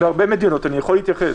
בהרבה מדינות, אני יכול להתייחס.